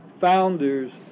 founders